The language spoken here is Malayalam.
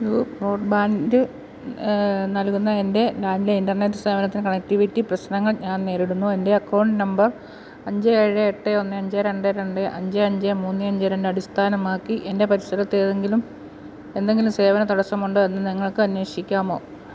ന്യൂ ബ്രോഡ്ബാൻഡ് നൽകുന്ന എൻ്റെ ലാൻഡ് ലൈൻ ഇൻ്റർനെറ്റ് സേവനത്തിന് കണക്റ്റിവിറ്റി പ്രശ്നങ്ങൾ ഞാൻ നേരിടുന്നു എൻ്റെ അക്കൌണ്ട് നമ്പർ അഞ്ച് ഏഴ് എട്ട് ഒന്ന് അഞ്ച് രണ്ട് രണ്ട് അഞ്ച് അഞ്ച് മൂന്ന് അഞ്ച് രണ്ട് അടിസ്ഥാനമാക്കി എൻ്റെ പരിസരത്ത് ഏതെങ്കിലും എന്തെങ്കിലും സേവന തടസ്സമുണ്ടോ എന്ന് നിങ്ങൾക്ക് അന്വേഷിക്കാമോ